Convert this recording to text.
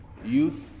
youth